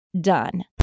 done